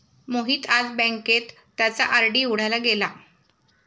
मोहित आज बँकेत त्याचा आर.डी उघडायला गेला